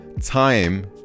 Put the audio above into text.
time